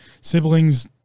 siblings